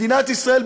מדינת ישראל,